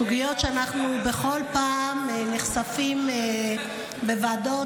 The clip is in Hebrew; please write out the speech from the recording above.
סוגיות שאליהן אנחנו נחשפים בכל פעם בוועדות,